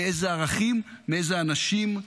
מאיזה ערכים, מאיזה אנשים?